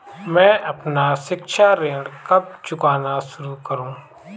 मैं अपना शिक्षा ऋण कब चुकाना शुरू करूँ?